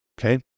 okay